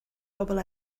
bobl